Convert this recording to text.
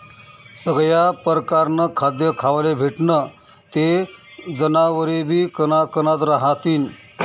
सगया परकारनं खाद्य खावाले भेटनं ते जनावरेबी कनकनात रहातीन